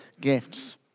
gifts